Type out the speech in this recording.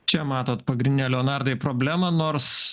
čia matot pagrindinę leonardai problemą nors